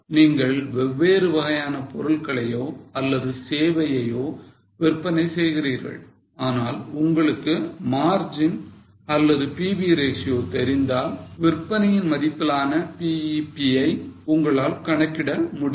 நீங்கள் வெவ்வேறு வகையான பொருட்களையோ அல்லது சேவையையோ விற்பனை செய்கிறீர்கள் ஆனால் உங்களுக்கு margin அல்லது PV ratio தெரிந்தால் விற்பனையின் மதிப்பிலான BEP ஐ உங்களால் கணக்கிட முடியும்